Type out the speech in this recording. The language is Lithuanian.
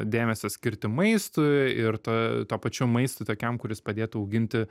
dėmesio skirti maistui ir ta tuo pačiu maistu tokiam kuris padėtų auginti